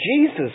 Jesus